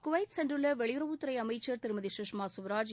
Kuwait சென்றுள்ள வெளியுறவுத் துறை அமைச்சர் திருமதி சுஷ்மா ஸ்வராஜ்